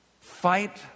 Fight